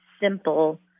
simple